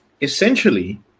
Essentially